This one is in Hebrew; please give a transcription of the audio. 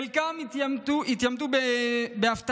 חלקם התייתמו בהפתעה,